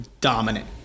dominant